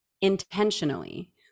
intentionally